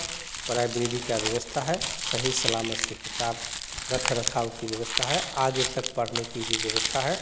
प्राइब्रेरी का व्यवस्था है सही सलामत से किताब रख रखाव की व्यवस्था है आगे तक पढने की भी व्यवस्था है